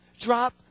Drop